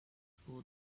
school